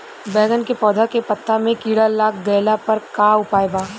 बैगन के पौधा के पत्ता मे कीड़ा लाग गैला पर का उपाय बा?